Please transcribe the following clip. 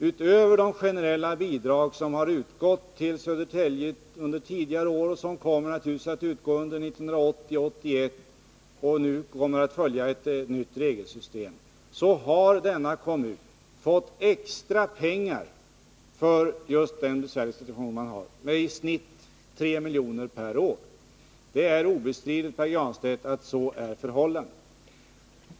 Utöver de generella bidrag som har utgått till Södertälje tidigare år och som naturligtvis också kommer att utgå under 1980 och 1981 och då enligt ett nytt regelsystem, har denna kommun på grund av den besvärliga situation man befinner sig i fått i genomsnitt 3 milj.kr. per år. Detta är obestridligt, Pär Granstedt.